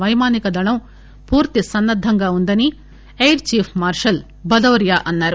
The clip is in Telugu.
పైమానిక దళం పూర్తి సన్న ద్దంగా వుందని ఎయిర్ చీఫ్ మార్షల్ భదౌరియా అన్నారు